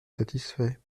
satisfait